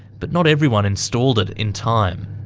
but not everyone installed it in time.